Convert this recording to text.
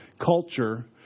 culture